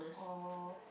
oh